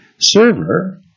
server